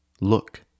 Look